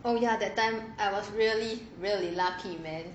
well ya that time I was really really lucky man